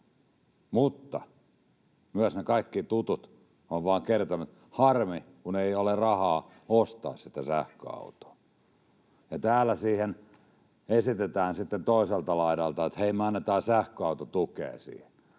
mutta kaikki ne tutut ovat myös vain kertoneet, että harmi, kun ei ole rahaa ostaa sitä sähköautoa. Ja täällä siihen esitetään sitten toiselta laidalta, että hei, me annetaan sähköautotukea siihen